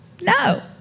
No